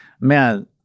man